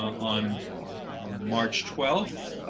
on march twelve,